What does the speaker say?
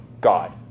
God